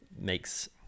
makes